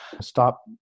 Stop